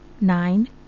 nine